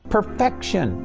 Perfection